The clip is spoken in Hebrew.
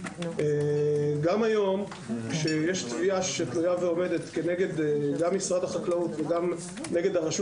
גם היום כשיש תביעה שתלויה ועומדת כנגד משרד החקלאות ונגד הרשות